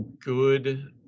good